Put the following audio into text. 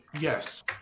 Yes